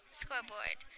scoreboard